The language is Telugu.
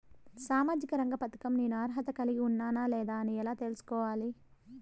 సామాజిక రంగ పథకం నేను అర్హత కలిగి ఉన్నానా లేదా అని ఎలా తెల్సుకోవాలి?